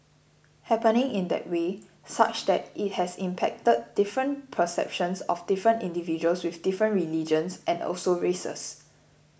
happening in that way such that it has impacted different perceptions of different individuals with different religions and also races